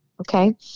okay